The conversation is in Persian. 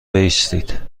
بایستید